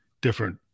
different